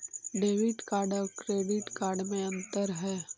Debit card और credit card में अन्तर है?